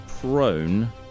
prone